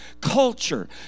Culture